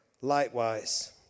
likewise